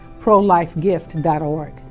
ProLifeGift.org